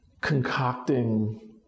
concocting